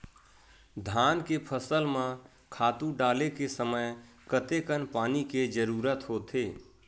धान के फसल म खातु डाले के समय कतेकन पानी के जरूरत होथे?